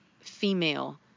female